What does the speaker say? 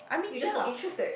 you just not interested